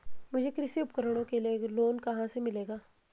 मुझे कृषि उपकरणों के लिए लोन कहाँ से मिलेगा?